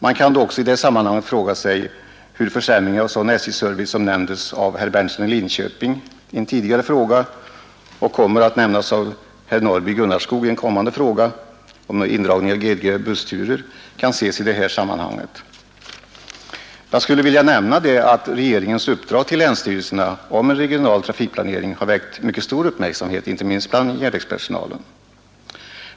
Man kan också i det sammanhanget fråga sig hur försämring av sådan SJ-service som nämnts av herr Berndtson i Linköping i en tidigare besvarad fråga och indragning av GDG:s bussturer, som herr Norrby i Gunnarskog har berört i den fråga som kommer att besvaras närmast efter denna, kan ses i det här sammanhanget. Jag skulle vilja nämna att regeringens uppdrag till länsstyrelserna om en regional trafikplanering har väckt mycket stor uppmärksamhet inte minst bland järnvägspersonalen.